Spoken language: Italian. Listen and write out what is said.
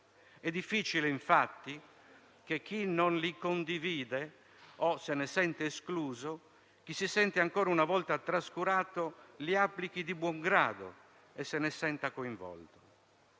È difficile, infatti, che chi non li condivide o se ne sente escluso, chi si sente ancora una volta trascurato li applichi di buon grado e se ne senta coinvolto.